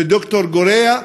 לד"ר גורייה,